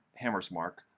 Hammersmark